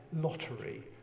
lottery